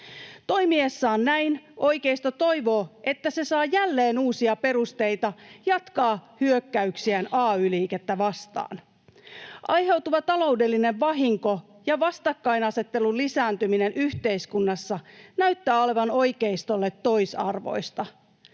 Toimiessaan näin oikeisto toivoo, että se saa jälleen uusia perusteita jatkaa hyökkäyksiään ay-liikettä vastaan. Aiheutuva taloudellinen vahinko ja vastakkainasettelun lisääntyminen yhteiskunnassa näyttävät olevan oikeistolle toisarvoista.